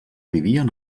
vivien